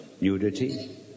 nudity